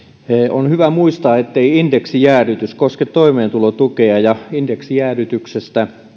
on hyvä muistaa ettei indeksijäädytys koske toimeentulotukea ja ja indeksijäädytyksestä